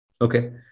Okay